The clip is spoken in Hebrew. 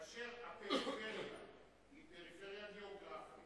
כאשר הפריפריה היא פריפריה גיאוגרפית,